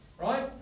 Right